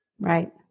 Right